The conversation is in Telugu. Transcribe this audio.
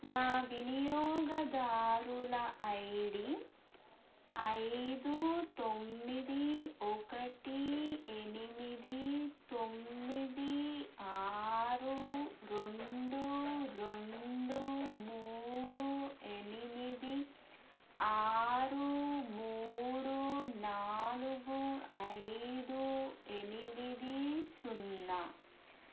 నా వినియోగదారుల ఐ డీ ఐదు తొమ్మిది ఒకటి ఎనిమిది తొమ్మిది ఆరు రెండు రెండు మూడు ఎనిమిది ఆరు మూడు నాలుగు ఐదు ఎనిమిది సున్నా